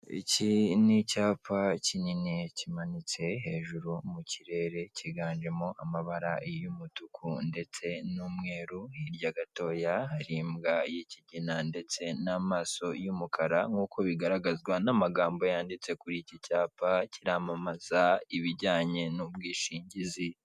Iki ni icyapa kinini kimanitse hejuru mu kirere cyiganjemo amabara y'umutuku ndetse n'umweru, hirya gatoya hari imbwa y'ikigina ndetse n'amaso y'umukara, nk'uko bigaragazwa n'amagambo yanditse kuri iki cyapa kiramamaza ibijyanye n'ubwishingizi.